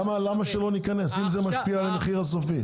למה שלא ניכנס אם זה משפיע על המחיר הסופי?